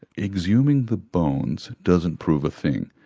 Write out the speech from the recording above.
exhuming the bones doesn't prove a thing.